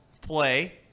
play